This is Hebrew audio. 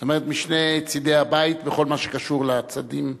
זאת אומרת משני צדי הבית בכל מה שקשור לצדדים הציוניים.